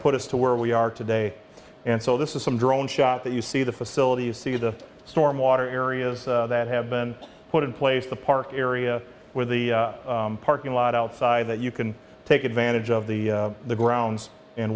put us to where we are today and so this is some drone shot that you see the facility you see the storm water areas that have been put in place the park area where the parking lot outside that you can take advantage of the the grounds and